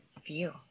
feel